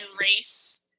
race